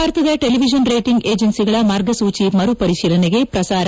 ಭಾರತದ television rating ಏಜೆನ್ನಿಗಳ ಮಾರ್ಗಸೂಚಿ ಮರುಪರಿಶೀಲನೆಗೆ ಪ್ರಸಾರ